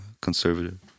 conservative